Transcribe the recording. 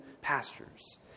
pastures